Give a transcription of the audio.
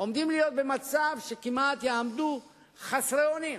עומדים להיות במצב שכמעט יעמדו חסרי אונים.